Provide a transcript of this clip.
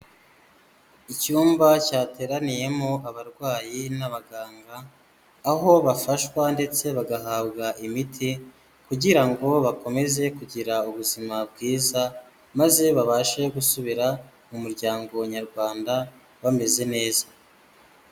Icyumba cyateraniyemo abarwayi n'abaganga, aho bafashwa ndetse bagahabwa imiti kugira ngo bakomeze kugira ubuzima bwiza, maze babashe gusubira mu muryango nyarwanda bameze neza.